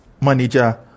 manager